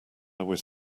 was